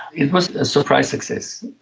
it was a surprise success,